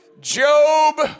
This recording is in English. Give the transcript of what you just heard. Job